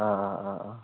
ആ ആ ആ ആ